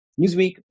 Newsweek